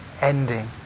ending